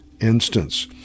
instance